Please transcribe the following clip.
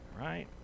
right